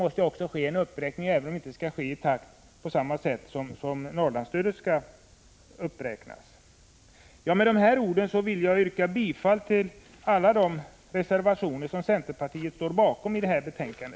Det måste ske en uppräkning även här, även om den inte skulle ske på samma sätt som i fråga om Norrlandsstödet. Med dessa ord yrkar jag bifall till alla de reservationer som centerpartiet står bakom i detta betänkande.